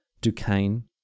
Duquesne